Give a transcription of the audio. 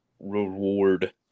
reward